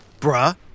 bruh